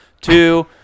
Two